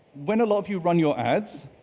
when a lot of you run your ads,